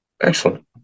excellent